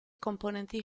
componenti